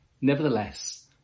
nevertheless